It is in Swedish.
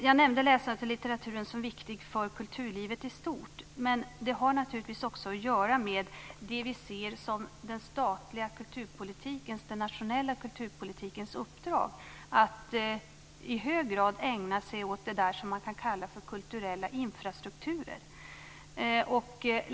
Jag nämnde läsandet och litteraturen som viktiga för kulturlivet i stort. Men det har naturligtvis också att göra med det som vi ser som den nationella kulturpolitikens uppdrag, att i hög grad ägna sig åt det som man kan kalla för kulturella infrastrukturer.